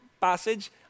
passage